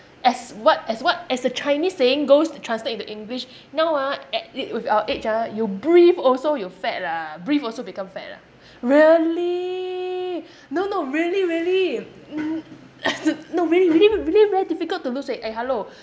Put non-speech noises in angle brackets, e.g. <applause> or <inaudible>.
as what as what as the chinese saying goes translate into english now ah at it with our age ah you breathe also you fat lah breathe also become fat ah really no no really really <coughs> no really really really very difficult to lose weight eh hello